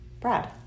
Brad